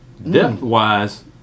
Depth-wise